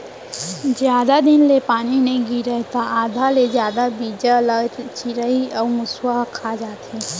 जादा दिन ले पानी नइ गिरय त आधा ले जादा बीजा ल चिरई अउ मूसवा ह खा जाथे